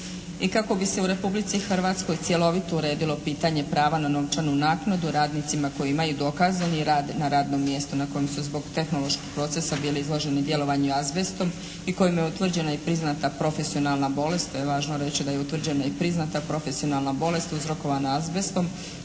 I kako bi se u Republici Hrvatskoj cjelovito uredilo pitanje prava na novčanu naknadu radnicima koji imaju dokazani rad na radnom mjestu na kojem su zbog tehnološkog procesa bili izloženi djelovanju azbestom i kojem je utvrđena i priznata profesionalna bolest. To je važno reći da je utvrđena i priznata profesionalna bolest uzrokovana azbestom